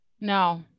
no